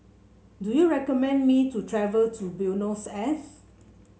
do you recommend me to travel to Buenos Aires